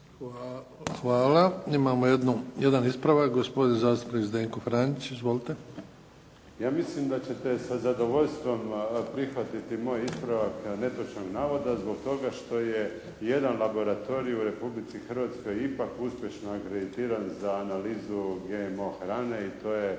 Hvala. Imamo jedan ispravak, gospodin zastupnik Zdenko Franić. Izvolite. **Franić, Zdenko (SDP)** Ja mislim da ćete sa zadovoljstvom prihvatiti moj ispravak netočnog navoda, zbog toga što jedan laboratorij u Republici Hrvatskoj ipak uspješno akreditiran za analizu GMO hrane i to je